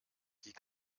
die